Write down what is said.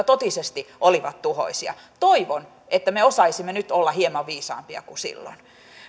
totisesti olivat tuhoisia toivon että me osaisimme nyt olla hieman viisaampia kuin silloin